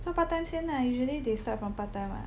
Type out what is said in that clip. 做 part time 现 lah usually they start from part time [what]